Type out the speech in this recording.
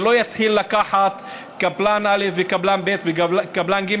שלא יתחיל לקחת קבלן א' וקבלן ב' וקבלן ג',